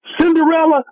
Cinderella